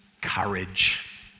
courage